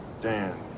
Dan